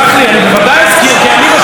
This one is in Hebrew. כי אני בשבוע שעבר,